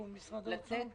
תכנון-ביצוע, לתת